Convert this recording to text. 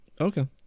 Okay